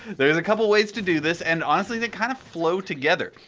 there's a couple ways to do this and honestly they kind of flow together.